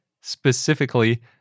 Specifically